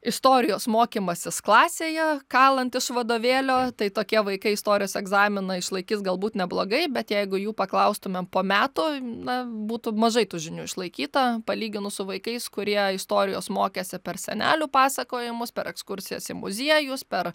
istorijos mokymasis klasėje kalant iš vadovėlio tai tokie vaikai istorijos egzaminą išlaikys galbūt neblogai bet jeigu jų paklaustumėm po metų na būtų mažai tų žinių išlaikyta palyginus su vaikais kurie istorijos mokėsi per senelių pasakojimus per ekskursijas į muziejus per